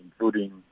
including